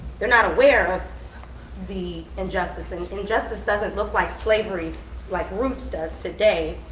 they're not aware of the injustice. and injustice doesn't look like slavery like roots does today.